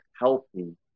healthy